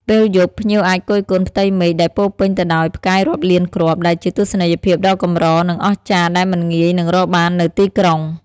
ពេលយប់ ភ្ញៀវអាចគយគន់ផ្ទៃមេឃដែលពោរពេញទៅដោយផ្កាយរាប់លានគ្រាប់ ដែលជាទស្សនីយភាពដ៏កម្រ និងអស្ចារ្យដែលមិនងាយនឹងរកបាននៅទីក្រុង។